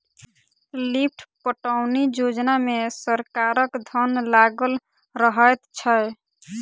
lift पटौनी योजना मे सरकारक धन लागल रहैत छै